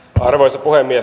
arvoisa puhemies